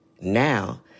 Now